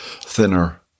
thinner